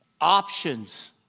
Options